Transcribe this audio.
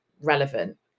relevant